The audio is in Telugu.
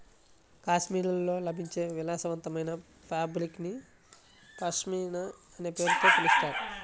కాశ్మీర్లో లభించే విలాసవంతమైన ఫాబ్రిక్ ని పష్మినా అనే పేరుతో పిలుస్తారు